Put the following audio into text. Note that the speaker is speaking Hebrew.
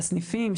של הסניפים,